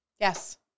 Yes